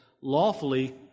lawfully